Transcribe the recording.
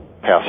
pass